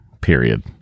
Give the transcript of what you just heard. period